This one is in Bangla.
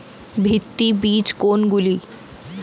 ভিত্তি বীজ কোনগুলি?